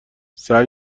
سعی